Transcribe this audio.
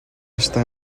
está